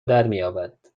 درمیابد